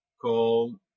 called